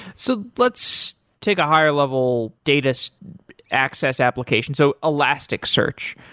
so let's take a higher level data's access application so elastic search,